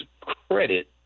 credit